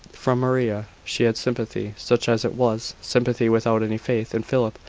from maria she had sympathy, such as it was sympathy without any faith in philip.